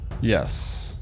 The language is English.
Yes